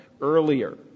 earlier